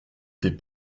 des